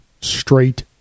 straight